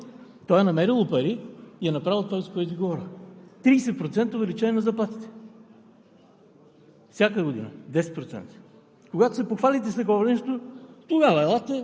точно обратното. И въпреки че не е първи приоритет на правителството, а е образованието, то е намерило пари и е направило това, за което Ви говоря – 30% увеличение на заплатите,